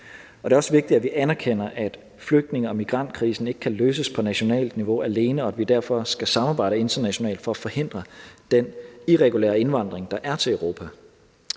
Det er også vigtigt, at vi anerkender, at flygtninge- og migrantkrisen ikke kan løses på nationalt niveau alene, og at vi derfor skal samarbejde internationalt for at forhindre den irregulære indvandring, der er til Europa.